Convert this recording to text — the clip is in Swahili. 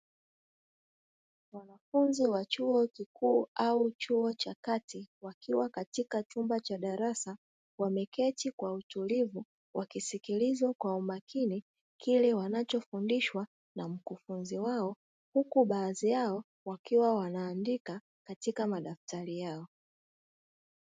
Wanafunzi wa chuo kikuu au chuo cha kati, wakiwa katika chumba cha darasa, wameketi kwa utulivu, wakisikiliza kwa umakini kile wanachofundishwa na mkufunzi wao. Huku baadhi yao wakiwa wanaandika katika madaftari yao.